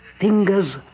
Fingers